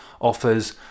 offers